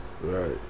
Right